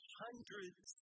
hundreds